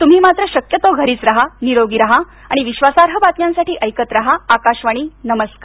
तुम्ही मात्र शक्यतो घरीच राहा निरोगी राहा आणि विश्वासार्ह बातम्यांसाठी ऐकत राहा आकाशवाणी नमस्कार